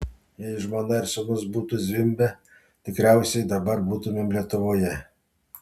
jei žmona ir sūnus būtų zvimbę tikriausiai dabar būtumėm lietuvoje